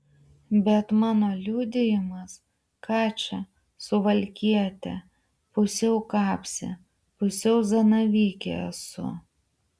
bet mano liudijimas ką čia suvalkietė pusiau kapsė pusiau zanavykė esu